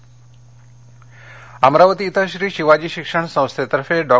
अमरावती अमरावती इथं श्री शिवाजी शिक्षण संस्थेतर्फे डॉ